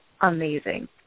amazing